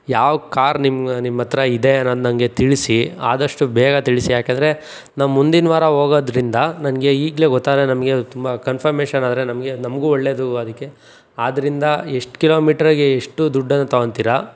ಯಾವ ಕಾರ್ ನಿಮ್ಮ ನಿಮ್ಮ ಹತ್ರ ಇದೆ ಅನ್ನೋದು ನನಗೆ ತಿಳಿಸಿ ಆದಷ್ಟು ಬೇಗ ತಿಳಿಸಿ ಯಾಕೆಂದರೆ ನಾವು ಮುಂದಿನ ವಾರ ಹೋಗೋದ್ರಿಂದ ನನಗೆ ಈಗಲೇ ಗೊತ್ತಾದರೆ ನಮಗೆ ತುಂಬ ಕನ್ಫರ್ಮೇಶನ್ ಆದರೆ ನಮಗೆ ನಮಗೂ ಒಳ್ಳೆಯದು ಅದಕ್ಕೆ ಆದ್ದರಿಂದ ಎಷ್ಟು ಕಿಲೋಮೀಟರ್ಗೆ ಎಷ್ಟು ದುಡ್ಡನ್ನು ತಗೊತೀರ